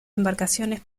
embarcaciones